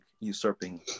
usurping